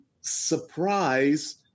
surprise